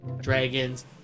dragons